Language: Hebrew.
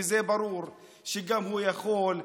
וזה ברור גם שהוא יכול,